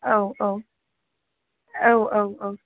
औ औ औ औ औ